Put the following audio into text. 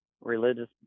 religious